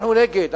אנחנו נגד.